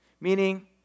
Meaning